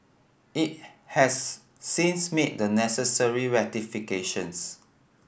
it has since made the necessary rectifications